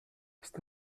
c’est